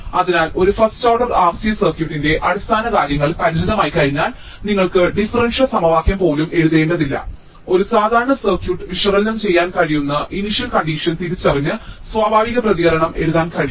അതിനാൽ ഒരു first order RC സർക്യൂട്ടിന്റെ അടിസ്ഥാനകാര്യങ്ങൾ പരിചിതമായിക്കഴിഞ്ഞാൽ നിങ്ങൾക്ക് ഡിഫറൻഷ്യൽ സമവാക്യം പോലും എഴുതേണ്ടതില്ല ഒരു സാധാരണ സർക്യൂട്ട് വിശകലനം ചെയ്യാൻ കഴിയുന്ന ഇനിഷ്യൽ കണ്ടിഷൻ തിരിച്ചറിഞ്ഞ് സ്വാഭാവിക പ്രതികരണം എഴുതാൻ കഴിയും